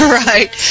right